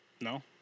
No